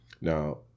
Now